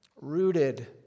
rooted